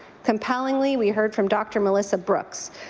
compellingly, we heard from dr. melissa brooks,